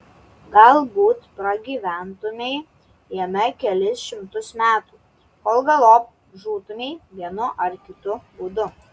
galbūt pragyventumei jame kelis šimtus metų kol galop žūtumei vienu ar kitu būdu